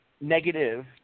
negative